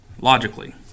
logically